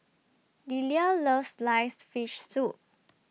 Delia loves Sliced Fish Soup